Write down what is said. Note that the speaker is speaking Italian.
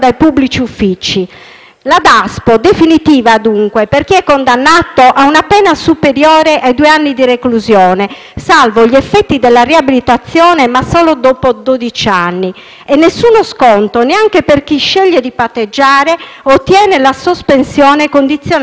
"Daspo" definitivo dunque) per chi è condannato a una pena superiore ai due anni di reclusione, salvo gli effetti della riabilitazione, ma solo dopo dodici anni; non è previsto nessuno sconto, neanche per chi sceglie di patteggiare o ottiene la sospensione condizionale della pena.